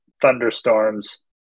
thunderstorms